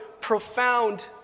profound